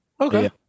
Okay